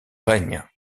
règne